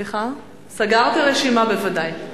סגרתי רשימה, בוודאי.